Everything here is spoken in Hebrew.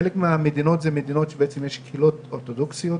בחלק מהמדינות יש קהילות אורתודוכסיות,